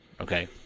okay